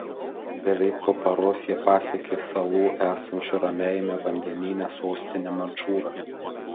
beveik po paros jie pasiekė salų esančių ramiajame vandenyne sostinę madžūrą